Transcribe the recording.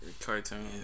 Cartoon